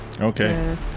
Okay